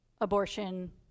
abortion